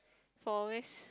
for always